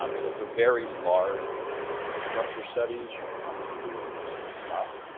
um so for very large kind of infrastructure studies, you can often do interesting stuff.